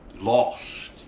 Lost